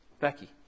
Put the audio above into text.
Becky